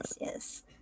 yes